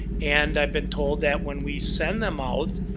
and i've been told that when we send them out